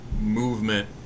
movement